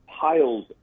piles